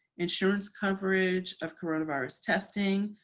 insurance coverage of coronavirus testing,